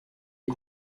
est